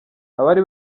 abari